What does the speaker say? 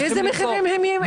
באיזה מחירים הם ימכרו?